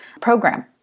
program